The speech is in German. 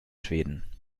schweden